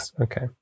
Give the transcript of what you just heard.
Okay